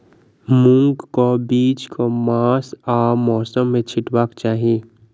मूंग केँ बीज केँ मास आ मौसम मे छिटबाक चाहि?